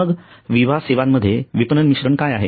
मग विमा सेवांमध्ये विपणन मिश्रण काय आहे